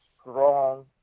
strong